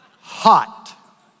hot